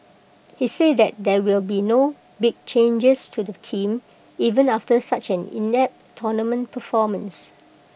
he said that there will be no big changes to the team even after such an inept tournament performance